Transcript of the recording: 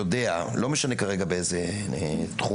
לא משנה כרגע באיזה תחום,